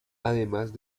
además